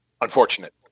unfortunate